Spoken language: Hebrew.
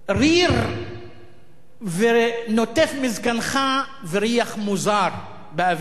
ריר נוטף מזקנך וריח מוזר באוויר.